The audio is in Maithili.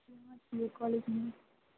कॉलेजमे